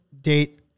date